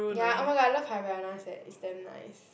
ya oh my god I love Havaianas eh it's damn nice